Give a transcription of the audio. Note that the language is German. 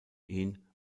ihn